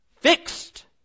fixed